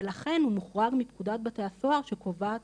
ולכן הוא מוחרג מפקודת בתי הסוהר שקובעת